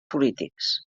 polítics